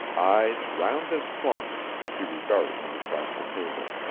eyes round as plums, she regarded him across the table.